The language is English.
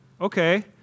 okay